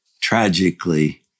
Tragically